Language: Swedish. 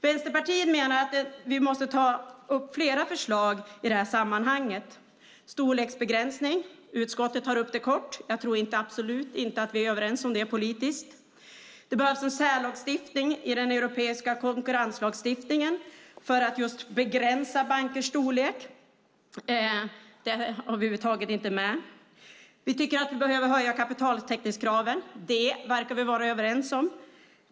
Vänsterpartiet menar att vi måste ta upp flera förslag i det här sammanhanget. Det handlar bland annat om storleksbegränsning. Utskottet tar upp det kort. Jag tror absolut inte att vi är överens om det politiskt. Det behövs en särlagstiftning i den europeiska konkurrenslagstiftningen för att just begränsa bankers storlek. Detta har vi över huvud taget inte med. Vi tycker att man behöver höja kapitaltäckningskraven, vilket vi verkar vara överens om.